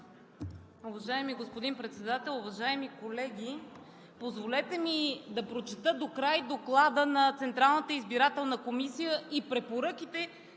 Уважаеми господин Председател, уважаеми колеги! Позволете ми да прочета докрай Доклада на Централната избирателна комисия и препоръките,